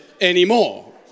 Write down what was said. anymore